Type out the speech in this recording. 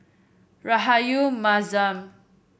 Rahayu Mahzam